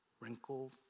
Wrinkles